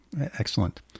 Excellent